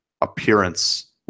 appearance